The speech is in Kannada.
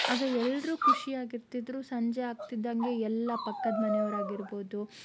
ಆಗ ಎಲ್ಲರೂ ಖುಷಿಯಾಗಿರ್ತಿದ್ರು ಸಂಜೆ ಆಗ್ತಿದ್ದಂಗೆ ಎಲ್ಲ ಪಕ್ಕದ ಮನೆಯವರಾಗಿರಬಹುದು